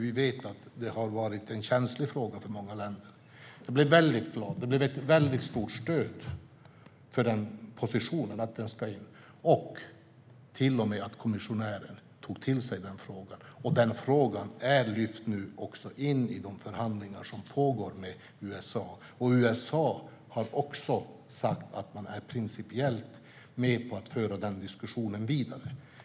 Vi vet ju att det har varit en känslig fråga för många länder. Jag blev väldigt glad. Det blev ett stort stöd för att den positionen ska in, och kommissionären tog till och med till sig den frågan. Den frågan är nu också inlyft i de förhandlingar som pågår med USA, och USA har också sagt att man principiellt är med på att föra den diskussionen vidare.